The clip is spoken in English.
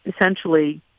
essentially